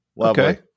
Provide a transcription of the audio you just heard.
Okay